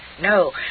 No